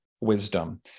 wisdom